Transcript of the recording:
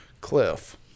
Cliff